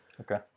Okay